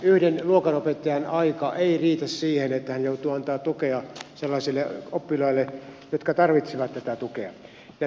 yhden luokanopettajan aika ei riitä siihen että hän joutuu antamaan tukea sellaisille oppilaille jotka tarvitsevat tätä tukea